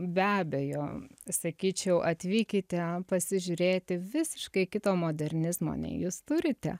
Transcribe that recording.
be abejo sakyčiau atvykite pasižiūrėti visiškai kito modernizmo nei jūs turite